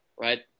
right